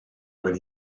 when